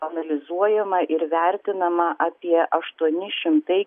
analizuojama ir vertinama apie aštuoni šimtai